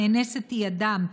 נאנסת היא אדם,